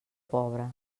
pobre